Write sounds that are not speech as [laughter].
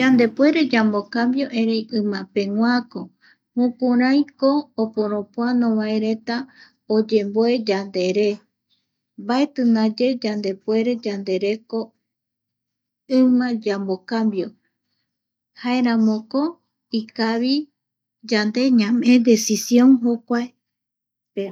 Yandepuere [noise] yamocambio erei imapeguako, jokuraiko oporopoano vaereta oyemboe yandere mbaeti ndayeyandepuere yandereko ima [noise] yamocambio jaeramoko kavi yande [noise] ñamee desición jokuae re